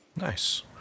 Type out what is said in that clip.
nice